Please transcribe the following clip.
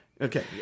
Okay